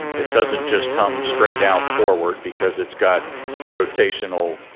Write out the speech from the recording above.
it doesn't just come straight out forward because it's got rotational